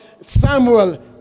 samuel